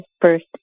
first